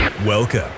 Welcome